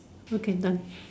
okay done